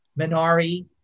Minari